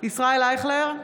ישראל אייכלר,